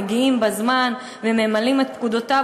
מגיעים בזמן וממלאים את פקודותיו.